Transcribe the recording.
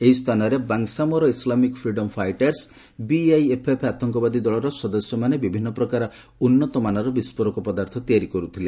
ଏହି ସ୍ଥାନରେ Bangsamoro Islamic Freedom Fighters BIFF ଆତଙ୍କବାଦୀ ଦଳର ସଦସ୍ୟମାନେ ବିଭିନ୍ନ ପ୍ରକାର ଉନ୍ନତମାନର ବିସ୍ଫୋରକ ପଦାର୍ଥ ତିଆରି କରୁଥିଲେ